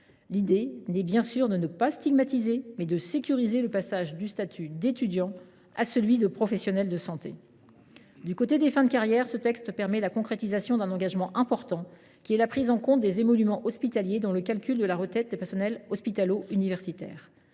L’idée est bien sûr non pas de stigmatiser, mais de sécuriser le passage du statut d’étudiant à celui de professionnel de santé. Du côté des fins de carrière, ce texte permet la concrétisation d’un engagement important, qui est la prise en compte des émoluments hospitaliers dans le calcul de la retraite des personnels hospitalo universitaires.